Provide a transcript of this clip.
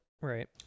Right